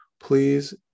please